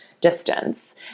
distance